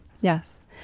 Yes